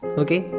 okay